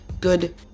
good